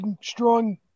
strong